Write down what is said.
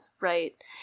right